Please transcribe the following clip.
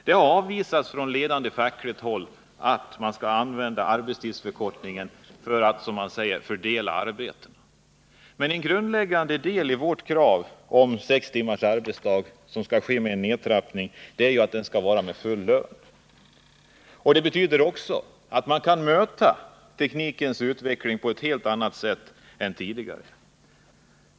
Onsdagen den Från ledande fackligt håll har man avvisat tanken på att använda 7 november 1979 arbetstidsförkortningen för att som man säger fördela arbetena. Grundläggande för vårt krav på ett införande av sex timmars arbetsdag är emellertid — Förkortad arbetstid att full lön skall utgå. Det betyder att man kan möta problemen i samband med teknikens utveckling på ett helt annat sätt än tidigare.